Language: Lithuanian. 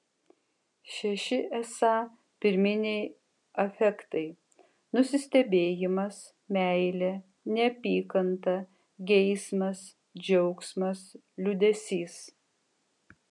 šeši esą pirminiai afektai nusistebėjimas meilė neapykanta geismas džiaugsmas liūdesys